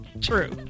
True